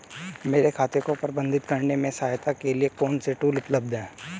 मेरे खाते को प्रबंधित करने में सहायता के लिए कौन से टूल उपलब्ध हैं?